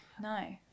No